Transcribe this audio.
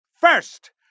First